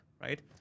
right